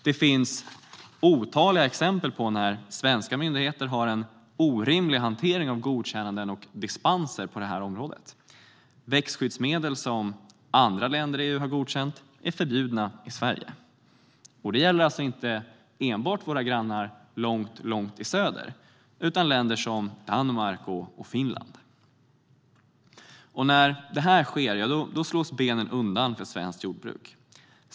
Det finns otaliga exempel på när svenska myndigheter har en orimlig hantering av godkännanden och dispenser på det här området. Växtskyddsmedel som andra länder i EU har godkänt är förbjudna i Sverige. Och det gäller inte enbart våra grannar långt i söder utan även länder som Danmark och Finland. När det sker slås benen undan för svenskt jordbruk.